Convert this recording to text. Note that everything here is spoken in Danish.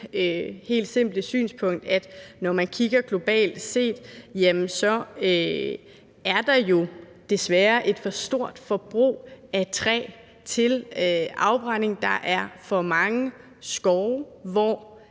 helt simple synspunkt, at når man kigger globalt set, er der jo desværre et for stort forbrug af træ til afbrænding. Der er for mange skove, hvor